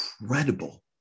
incredible